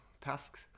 tasks